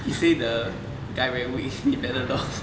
he say the guy very weak need Panadol